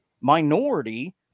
minority